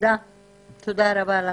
תודה רבה לך.